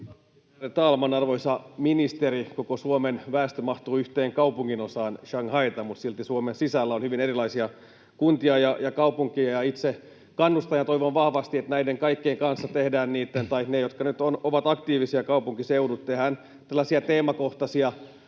talman! Arvoisa ministeri, koko Suomen väestö mahtuu yhteen kaupunginosaan Shanghaita, mutta silti Suomen sisällä on hyvin erilaisia kuntia ja kaupunkeja. Itse kannustan ja toivon vahvasti, että näiden kaikkien kanssa — tai niitten, jotka nyt ovat aktiivisia kaupunkiseutuja — tehdään tällaisia teemakohtaisia